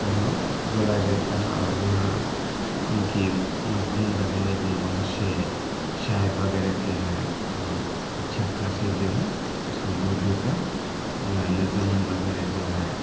وہاں بولا جاتا ہے اور وہاں ان کی مضمون وغیرہ بھی بہت سے شاعر وغیرہ کے ہیں اور اچھا خاصے جو ہے اس میں اردو کا نظم وغیرہ جو ہے